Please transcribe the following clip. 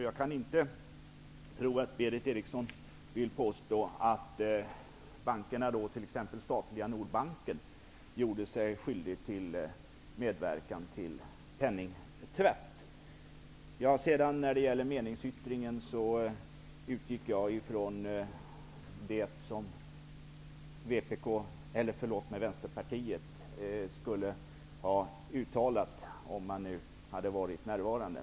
Jag kan inte tro att Berith Eriksson vill påstå att bankerna, t.ex. statliga Nordbanken, gjorde sig skyldiga till medverkan till penningtvätt. När det gäller meningsyttringen utgick jag ifrån det som Vänsterpartiet skulle ha uttalat om man hade varit närvarande vid justeringstillfället.